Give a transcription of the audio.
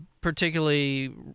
particularly